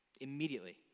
Immediately